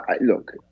look